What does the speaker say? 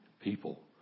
people